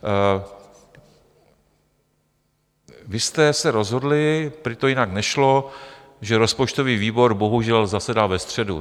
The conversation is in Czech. Vy jste se rozhodli, prý to jinak nešlo, že rozpočtový výbor bohužel zasedá ve středu.